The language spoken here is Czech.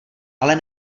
ale